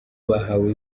bahawe